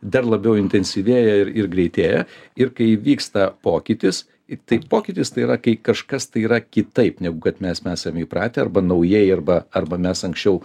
dar labiau intensyvėja ir greitėja ir kai įvyksta pokytis tai pokytis tai yra kai kažkas tai yra kitaip negu kad mes esame įpratę arba naujieji arba arba mes anksčiau